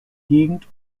gegend